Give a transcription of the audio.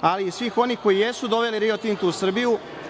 ali i svih koji jesu doveli Rio Tinto u Srbiju